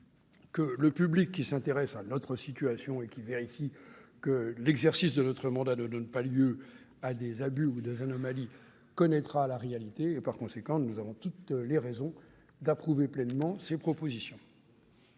que le public qui s'intéresse à notre situation et souhaite vérifier que l'exercice de notre mandat ne donne pas lieu à des abus ou à des anomalies connaîtra la réalité des choses. Par conséquent, nous avons toutes les raisons d'approuver pleinement ces propositions.